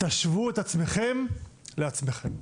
תשוו את עצמכם לעצמכם.